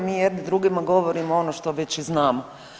Mi jedni drugima govorimo ono što već znamo.